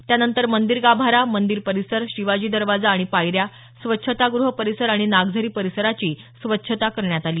त्यानंतर मंदिर गाभारा मंदिर परिसर शिवाजी दरवाजा आणि पायऱ्या स्वच्छतागृह परिसर आणि नागझरी परिसराची स्वच्छता करण्यात आली